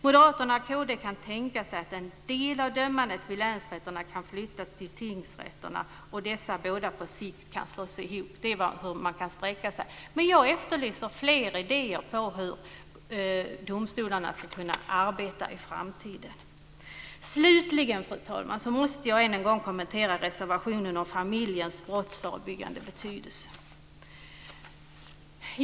Moderaterna och Kristdemokraterna kan tänka sig att en del av dömandet vid länsrätterna kan flyttas till tingsrätterna och att dessa båda instanser på sikt kan slås ihop. Så långt kan man sträcka sig. Jag efterlyser fler idéer om hur domstolarna ska kunna arbeta i framtiden. Fru talman! Slutligen måste jag än en gång kommentera reservationen om familjens brottsförebyggande betydelse.